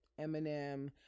Eminem